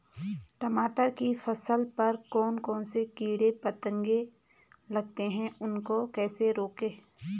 टमाटर की फसल पर कौन कौन से कीट पतंग लगते हैं उनको कैसे रोकें?